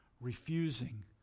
refusing